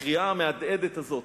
הקריאה המהדהדת הזאת,